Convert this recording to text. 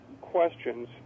questions